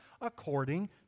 according